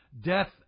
death